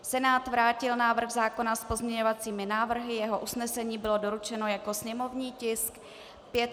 Senát vrátil návrh zákona s pozměňovacími návrhy, jeho usnesení bylo doručeno jako sněmovní tisk 589/5.